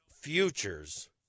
futures